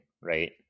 right